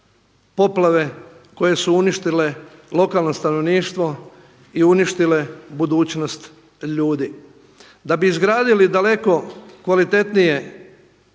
poplave koje su uništile lokalno stanovništvo i uništile budućnost ljudi. Da bi izgradili daleko kvalitetnije